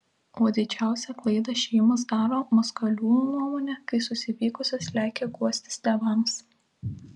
o didžiausią klaidą šeimos daro maskaliūnų nuomone kai susipykusios lekia guostis tėvams